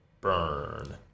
burn